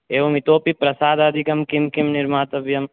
एवमितोऽपि प्रसादादिकं किं किं निर्मातव्यं